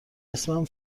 اسمم